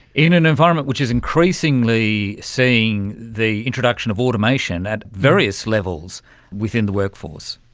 in an environment which is increasingly seeing the introduction of automation at various levels within the workforce?